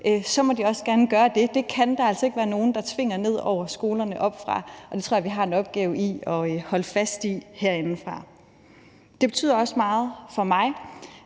må de gerne gøre det – det kan der altså ikke være nogen der tvinger ned over skolerne oppefra. Og det tror jeg vi har en opgave i at holde fast i herindefra. Det betyder også meget for mig,